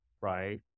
right